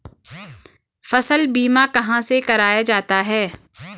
फसल बीमा कहाँ से कराया जाता है?